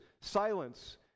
silence